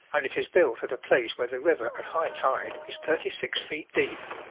and it is built at a place where the river at high tide is thirty-six feet deep.